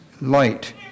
light